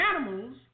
animals